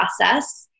process